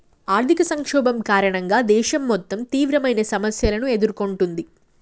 ఆర్థిక సంక్షోభం కారణంగా దేశం మొత్తం తీవ్రమైన సమస్యలను ఎదుర్కొంటుంది